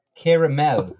caramel